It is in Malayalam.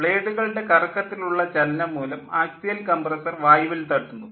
ബ്ലേഡുകളുടെ കറക്കത്തിലുള്ള ചലനം മൂലം ആക്സിയൽ കംപ്രെസ്സർ വായുവിൽ തട്ടുന്നു